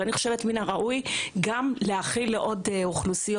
אני חושבת שמן הראוי להחיל על עוד אוכלוסיות.